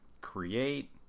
create